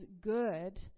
good